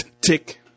tick